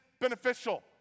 beneficial